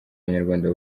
abanyarwanda